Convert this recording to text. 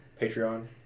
Patreon